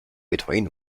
between